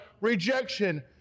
rejection